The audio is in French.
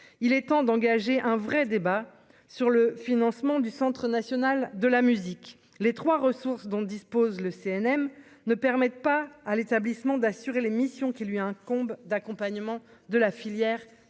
il est temps d'engager un vrai débat sur le financement du Centre national de la musique, les trois ressources dont dispose le CNM ne permettent pas à l'établissement d'assurer les missions qui lui incombent d'accompagnement de la filière musicale